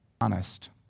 Honest